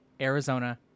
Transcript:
arizona